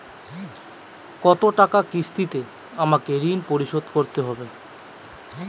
কয়টা কিস্তিতে আমাকে ঋণ পরিশোধ করতে হবে?